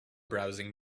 browsing